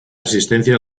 asistencia